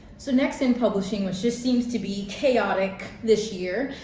so next in publishing, which just seems to be chaotic this year,